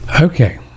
Okay